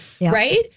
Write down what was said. right